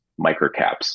microcaps